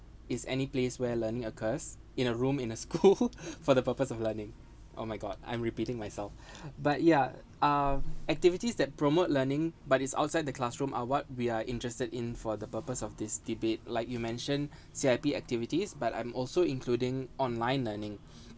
is any place where learning occurs in a room in a school for the purpose of learning oh my god I'm repeating myself but yeah uh activities that promote learning but it's outside the classroom are what we are interested in for the purpose of this debate like you mentioned C_I_P activities but I'm also including online learning